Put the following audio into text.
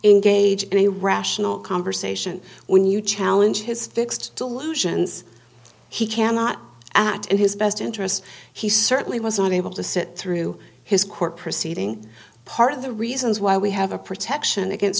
engage in a rational conversation when you challenge his fixed delusions he cannot act in his best interest he certainly was not able to sit through his court proceeding part of the reasons why we have a protection against